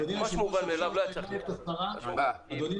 מה שמובן מאליו, לא ישר צריך --- אין בעיה.